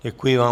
Děkuji vám.